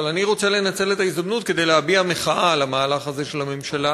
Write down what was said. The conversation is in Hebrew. אבל אני רוצה לנצל את ההזדמנות כדי להביע מחאה על המהלך הזה של הממשלה,